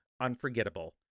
unforgettable